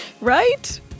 Right